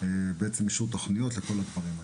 של אישור התוכניות לכל הדברים האלה.